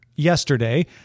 yesterday